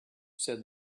said